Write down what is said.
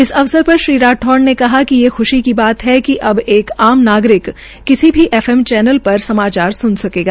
इस अवसर पर श्री राठौर ने कहा कि ये ख्शी की बात है कि एक आम नागरिक किसी भी एफ एम चैनल पर समाचार सुन सकेगा